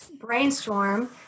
brainstorm